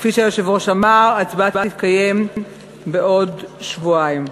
כפי שהיושב-ראש אמר, ההצבעה תתקיים בעוד שבועיים.